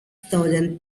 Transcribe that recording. thousand